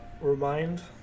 remind